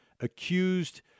accused